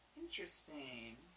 Interesting